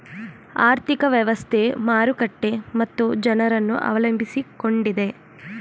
ಆರ್ಥಿಕ ವ್ಯವಸ್ಥೆ, ಮಾರುಕಟ್ಟೆ ಮತ್ತು ಜನರನ್ನು ಅವಲಂಬಿಸಿಕೊಂಡಿದೆ